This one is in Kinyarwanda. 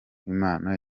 imana